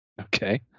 Okay